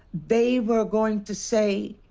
they were going to say,